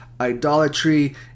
idolatry